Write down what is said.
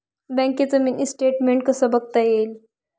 बँकेचं mini statement कसं बघता येईल?